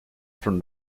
from